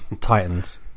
Titans